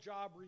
Job